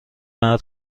مرد